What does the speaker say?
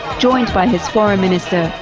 joined by his foreign minister,